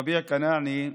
רביע כנאענה,